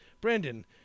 Brandon